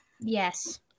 yes